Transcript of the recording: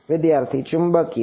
વિદ્યાર્થી ચુંબકીય